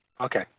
Okay